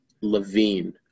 Levine